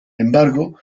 embargo